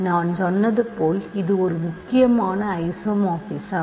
நான் சொன்னது போல் இது ஒரு முக்கியமான ஐசோமார்பிசம்